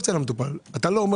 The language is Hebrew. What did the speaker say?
למטופל.